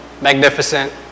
magnificent